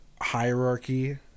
hierarchy